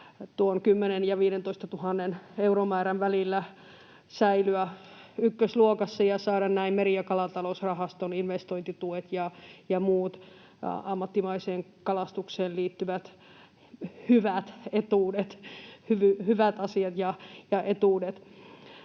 10 000 ja 15 000 euromäärän välillä säilyä ykkösluokassa ja saada näin meri- ja kalatalousrahaston investointituet ja muut ammattimaiseen kalastukseen liittyvät hyvät etuudet,